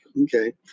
okay